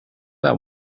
that